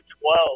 twelve